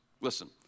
Listen